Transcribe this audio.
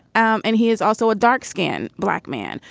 um and he is also a dark skinned black man.